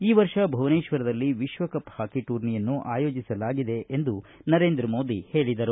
ಈ ವರ್ಷ ಭುವನೇತ್ವರದಲ್ಲಿ ವಿಶ್ವಕಪ್ ಹಾಕಿ ಟೂರ್ನಿಯನ್ನು ಆಯೋಜಿಸಲಾಗಿದೆ ಎಂದು ನರೇಂದ್ರ ಮೋದಿ ಹೇಳಿದರು